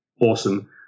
awesome